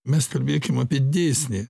mes kalbėkim apie dėsnį